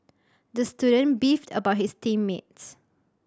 the student beefed about his team mates